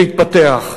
שהתפתח,